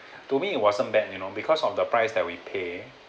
to me it wasn't bad you know because of the price that we pay